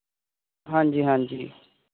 ਹਾਂਜੀ ਹਾਂਜੀ